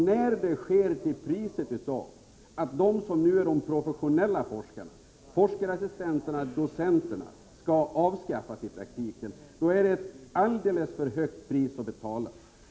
När det sker till priset av att de som nu är de professionella forskarna — forskarsassistenterna och docenterna —i praktiken skall avskaffas är det ett alldeles för högt pris att betala.